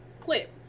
clip